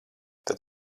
tad